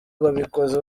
babikoze